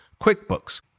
QuickBooks